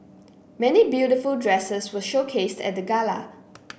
many beautiful dresses were showcased at the gala